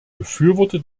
befürworte